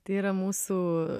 tai yra mūsų